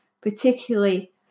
particularly